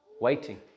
Waiting